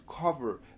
cover